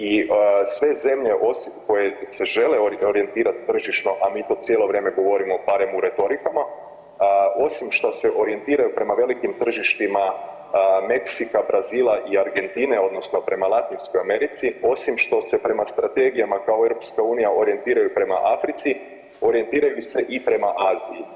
I sve zemlje koje se žele orijentirati tržišno a mi to cijelo vrijeme govorimo barem u retorikama, osim što se orijentiraju prema velikim tržištima Meksika, Brazila i Argentine odnosno prema Latinskoj Americi, osim što se prema strategijama kao Europska unija orijentiraju prema Africi orijentiraju se i prema Aziji.